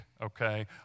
okay